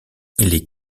les